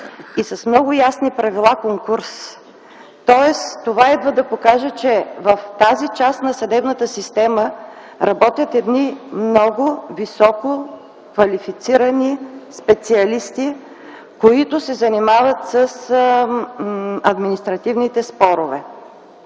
и с много ясни правила конкурс. Тоест това идва да покаже, че в тази част на съдебната система работят едни много високо квалифицирани специалисти, които се занимават с административните спорове.